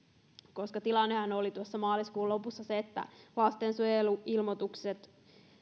koska tilannehan oli tuossa maaliskuun lopussa se että lastensuojeluilmoitukset